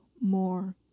more